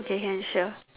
okay can sure